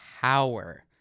power